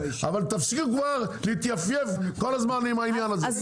אבל תפסיקו כבר להתייפייף כל הזמן עם העניין הזה,